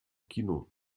kino